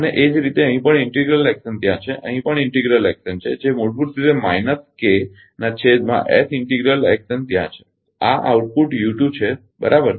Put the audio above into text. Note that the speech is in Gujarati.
અને એ જ રીતે અહીં પણ ઇન્ટિગલ એકશન ત્યાં છે અહીં પણ ઇન્ટિગલ એકશન છે જે મૂળભૂત રીતે માઈનસ કે ના છેદમાં એસ ઇન્ટિગલ એકશન ત્યાં છે અને આ આઉટપુટ છે બરાબર